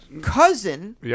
cousin